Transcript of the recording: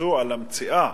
שקפצו על המציאה,